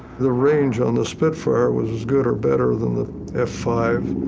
the range on the spitfire was as good or better than the f five.